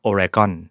Oregon